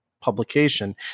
publication